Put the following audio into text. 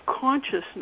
consciousness